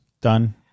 done